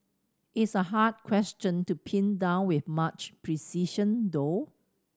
it's a hard question to pin down with much precision though